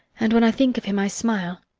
and when i think of him i smile.